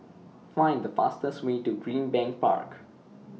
Find The fastest Way to Greenbank Park